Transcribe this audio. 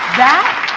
that